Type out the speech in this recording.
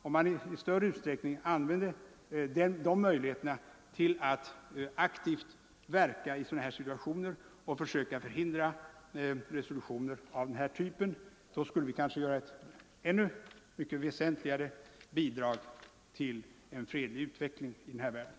Om vi i större utsträckning använder våra möjligheter att aktivt verka i sådana här situationer och försöker förhindra resolutioner av denna typ skulle vi kanske ge ett ännu mycket väsentligare bidrag till en fredlig utveckling i världen.